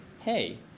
hey